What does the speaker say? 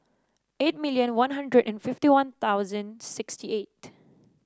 eight million One Hundred and fifty one sixty eight